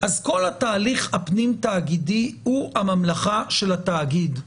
אז כל התהליך הפנים-תאגידי הוא הממלכה של התאגיד.